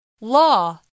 Law